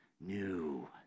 new